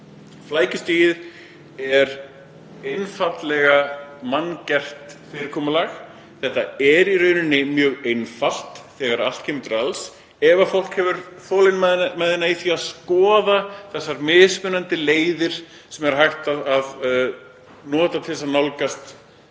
Flækjustigið er einfaldlega manngert fyrirkomulag. Þetta er í raun mjög einfalt þegar allt kemur til alls, ef fólk hefur þolinmæði til að skoða þær mismunandi leiðir sem hægt er að nota til þess að nálgast